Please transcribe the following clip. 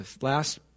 last